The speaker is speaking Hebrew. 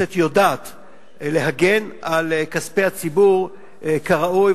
שהכנסת יודעת להגן על כספי הציבור כראוי.